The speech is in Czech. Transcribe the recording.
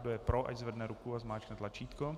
Kdo je pro, ať zvedne ruku a zmáčkne tlačítko.